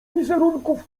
wizerunków